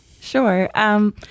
Sure